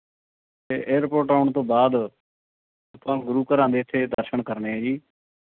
ਅਤੇ ਏਅਰਪੋਰਟ ਆਉਣ ਤੋਂ ਬਾਅਦ ਇੱਥੋਂ ਗੁਰੂ ਘਰਾਂ ਦੇ ਇੱਥੇ ਦਰਸ਼ਨ ਕਰਨੇ ਜੀ